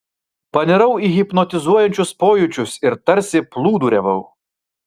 panirau į hipnotizuojančius pojūčius ir tarsi plūduriavau